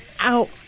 Ow